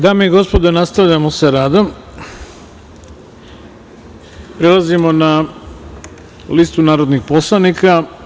Dame i gospodo, nastavljamo sa radom i prelazimo na listu narodnih poslanika.